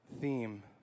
theme